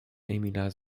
emila